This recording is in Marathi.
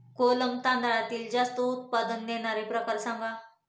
कोलम तांदळातील जास्त उत्पादन देणारे प्रकार सांगा